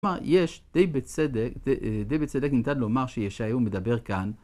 כלומר, יש די בצדק, די בצדק ניתן לומר שישעיהו מדבר כאן.